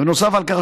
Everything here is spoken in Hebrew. ונוסף על כך,